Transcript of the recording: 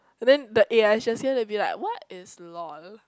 but then the a_i she'll say like what is lol